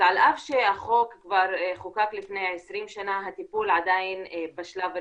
אז על אף שהחוק חוקק כבר לפני 20 שנה הטיפול עדיין בשלב הראשוני.